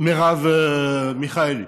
מרב מיכאלי